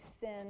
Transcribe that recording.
sin